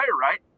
right